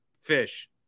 fish